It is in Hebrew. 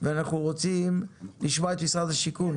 ואנחנו רוצים לשמוע את משרד השיכון.